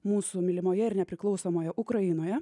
mūsų mylimoje ir nepriklausomoje ukrainoje